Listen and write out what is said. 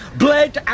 bled